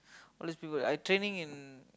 all these people I training in